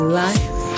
life